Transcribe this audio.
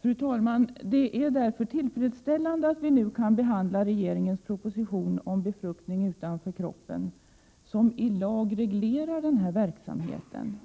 Fru talman! Det är därför tillfredsställande att vi nu kan behandla regeringens proposition om befruktning utanför kroppen som i lag reglerar verksamheten.